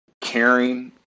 caring